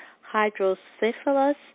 hydrocephalus